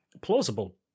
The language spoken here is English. plausible